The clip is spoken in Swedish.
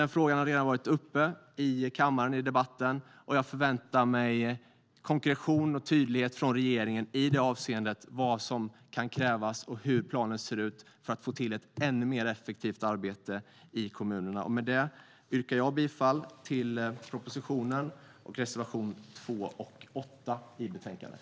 Denna fråga har redan varit uppe till debatt i kammaren, och jag förväntar mig konkretion och tydlighet från regeringen om vad som kan krävas och hur planen ser ut för att få till ett ännu mer effektivt arbete i kommunerna. Jag yrkar bifall till propositionen och reservationerna 2 och 8 i betänkandet.